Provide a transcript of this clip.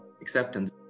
acceptance